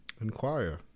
inquire